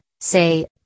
say